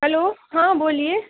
hello ہاں بولیے